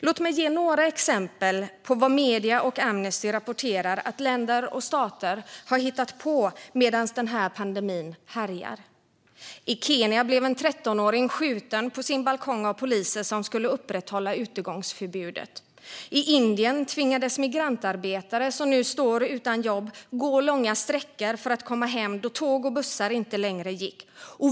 Låt mig ge några exempel på vad medier och Amnesty rapporterar att länder och stater har hittat på medan denna pandemi härjar: I Kenya blev en 13-åring skjuten på sin balkong av poliser som skulle upprätthålla utegångsförbudet. I Indien tvingades migrantarbetare som stod utan jobb att gå långa sträckor för att komma hem, då tåg och bussar inte längre gick.